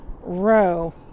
row